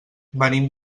venim